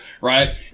right